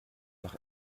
nach